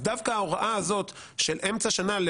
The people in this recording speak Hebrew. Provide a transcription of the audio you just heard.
אז דווקא ההוראה הזאת של אמצע שנה,